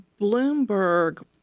Bloomberg